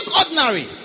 ordinary